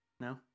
No